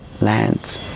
lands